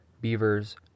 beavers